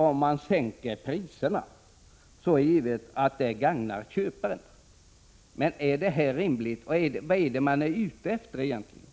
Om man sänker priset gagnar det givetvis köparen, men vad är man ute efter egentligen?